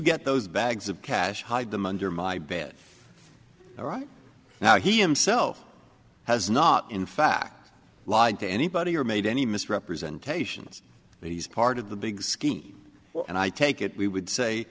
get those bags of cash hide them under my bed all right now he himself has not in fact lied to anybody or made any misrepresentations he's part of the big scheme and i take it we would say